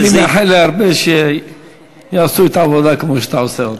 אני מאחל להרבה שיעשו את העבודה כמו שאתה עושה אותה.